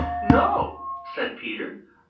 no, said peter,